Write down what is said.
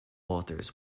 authors